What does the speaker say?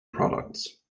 products